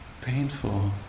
Painful